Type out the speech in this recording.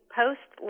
post